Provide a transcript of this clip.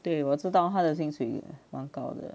对我知道他的薪水蛮高的